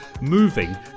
moving